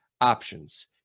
options